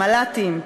מל"טים,